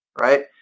right